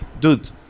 dude